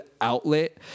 outlet